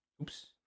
Oops